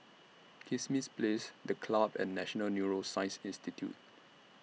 Kismis Place The Club and National Neuroscience Institute